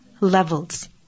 levels